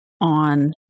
on